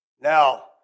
Now